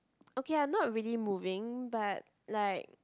okay ah not really moving but like